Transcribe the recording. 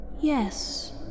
Yes